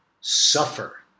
suffer